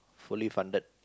fully funded